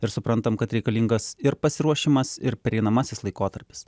ir suprantam kad reikalingas ir pasiruošimas ir pereinamasis laikotarpis